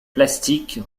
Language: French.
plastique